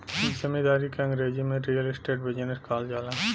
जमींदारी के अंगरेजी में रीअल इस्टेट बिजनेस कहल जाला